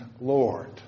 Lord